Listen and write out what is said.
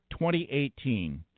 2018